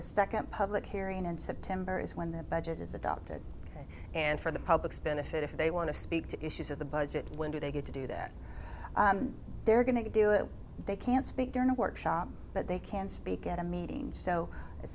the nd public hearing in september is when the budget is adopted and for the public spin if it if they want to speak to issues of the budget when do they get to do that they're going to do it they can't speak during a workshop but they can speak at a meeting so